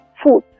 food